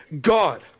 God